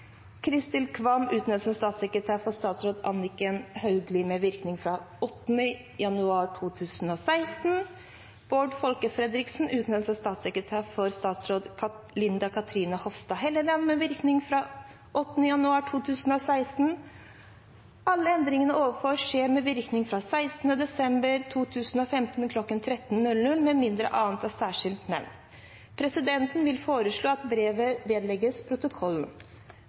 Kvam utnevnes til statssekretær for statsråd Anniken Hauglie med virkning fra 8. januar 2016. 26. Bård Folke Fredriksen utnevnes til statssekretær for statsråd Linda Cathrine Hofstad Helleland med virkning fra 8. januar 2016. 27. Alle endringene ovenfor skjer med virkning fra 16. desember 2015 kl. 13, med mindre annet er særskilt nevnt.» Presidenten foreslår at dette brevet vedlegges protokollen